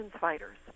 fighters